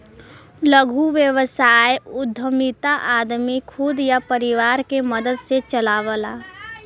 लघु व्यवसाय उद्यमिता आदमी खुद या परिवार के मदद से चलावला